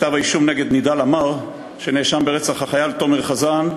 בכתב-האישום נגד נידאל עמאר שנאשם ברצח החייל תומר חזן,